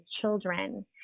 children